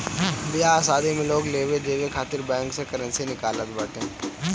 बियाह शादी में लोग लेवे देवे खातिर बैंक से करेंसी निकालत बाटे